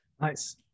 Nice